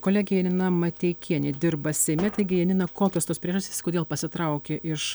kolegė janina mateikienė dirba seime taigi janina kokios tos priežastys kodėl pasitraukė iš